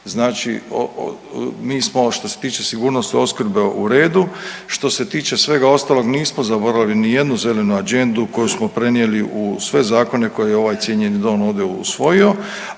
Znači mi smo što se tiče sigurnosti opskrbe u redu, što se tiče svega ostalog nismo zaboravili nijednu zelenu agendu koju smo prenijeli u sve zakone koje je ovaj cijenjeni dom ovdje usvojio,